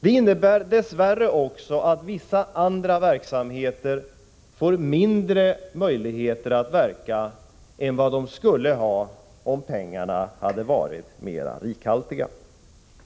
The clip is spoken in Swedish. Det innebär dess värre också att vissa andra verksamheter får mindre möjligheter än vad de skulle ha om pengarna hade varit rikligare.